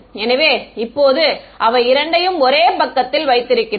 எனவே இப்போது அவை இரண்டையும் ஒரே பக்கத்தில் வைத்திருக்கிறோம்